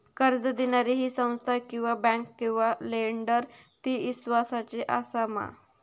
कर्ज दिणारी ही संस्था किवा बँक किवा लेंडर ती इस्वासाची आसा मा?